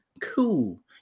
Cool